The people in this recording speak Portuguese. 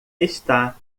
está